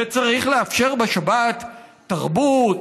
וצריך לאפשר בשבת תרבות,